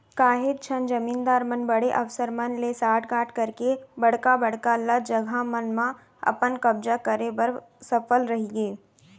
काहेच झन जमींदार मन बड़े अफसर मन ले सांठ गॉंठ करके बड़का बड़का ल जघा मन म अपन कब्जा करे बर सफल रहिगे